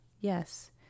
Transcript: Yes